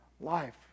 life